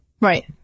Right